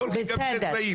לא הולכים גם צאצאים.